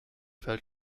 fällt